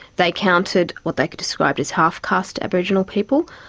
they counted what they described as half-caste aboriginal people,